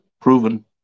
Proven